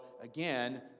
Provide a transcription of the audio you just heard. again